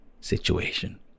situation